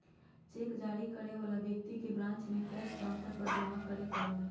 cheque जारी करे वाला व्यक्ति के ब्रांच में कैश काउंटर पर जमा करे पड़ो हइ